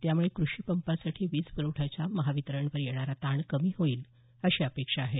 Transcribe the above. यामुळे कृषी पंपासाठी वीज प्रवठ्याचा महावितरणवर येणारा ताण कमी होईल अशी अपेक्षा आहे